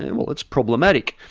and well, it's problematic.